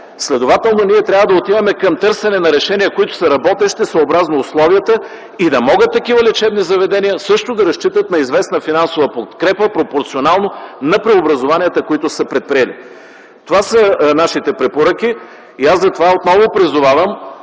Следователно ние трябва да отиваме към търсене на решения, които са работещи съобразно условията, и да могат такива лечебни заведения също да разчитат на известна финансова подкрепа, пропорционално на преобразуванията, които са предприели. Това са нашите препоръки. Аз затова отново призовавам